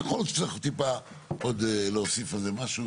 יכול להיות שצריך עוד טיפה להוסיף על זה משהו,